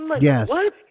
Yes